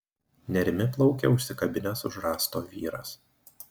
nerimi plaukia užsikabinęs už rąsto vyras